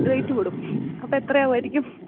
rate കൂടും അപ്പോൾ എത്രയാകുമായിരിക്കും